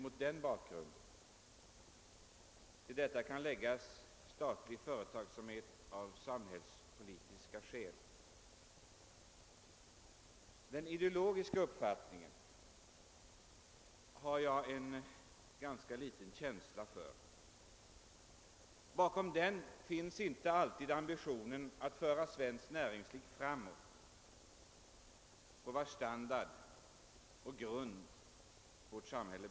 Därtill kan läggas uppbyggnad av statlig företagsamhet av samhällspolitiska skäl. Den ideologiska synpunkten har jag ganska liten känsla för. Bakom den finns inte alltid ambitionen att föra svenskt näringsliv framåt, och detta är dock grunden för standarden i vårt samhälle.